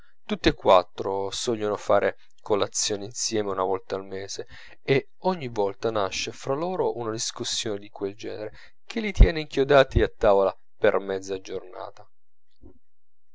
tutti e quattro sogliono fare colazione insieme una volta al mese e ogni volta nasce fra loro una discussione di quel genere che li tiene inchiodati a tavola per mezza giornata